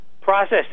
processed